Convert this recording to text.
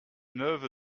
neuve